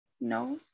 No